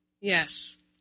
Yes